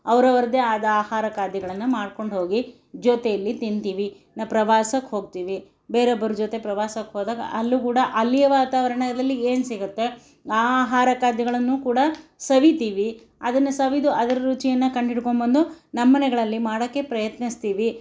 ಅವ್ರವ್ದೇ ಆದ ಆಹಾರ ಖಾದ್ಯಗಳನ್ನು ಮಾಡ್ಕೊಂಡು ಹೋಗಿ ಜೊತೆಯಲ್ಲಿ ತಿಂತೀವಿ ನಾವು ಪ್ರವಾಸಕ್ಕೆ ಹೋಗ್ತೀವಿ ಬೇರೊಬ್ಬರ ಜೊತೆ ಪ್ರವಾಸಕ್ಕೆ ಹೋದಾಗ ಅಲ್ಲೂ ಕೂಡ ಅಲ್ಲಿಯ ವಾತಾವರಣದಲ್ಲಿ ಏನು ಸಿಗುತ್ತೆ ಆ ಆಹಾರ ಖಾದ್ಯಗಳನ್ನು ಕೂಡ ಸವಿತೀವಿ ಅದನ್ನು ಸವಿದು ಅದರ ರುಚಿಯನ್ನು ಕಂಡುಹಿಡ್ಕೊಂಡು ಬಂದು ನಮ್ಮನೆಗಳಲ್ಲಿ ಮಾಡೋಕ್ಕೆ ಪ್ರಯತ್ನಿಸ್ತೀವಿ